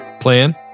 plan